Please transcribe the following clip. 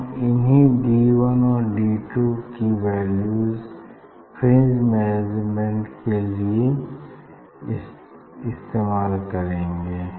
हम इन्हीं D one और डी टू की वैल्यूज फ्रिंज मेज़रमेंट के लिए इस्तेमाल करेंगे